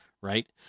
right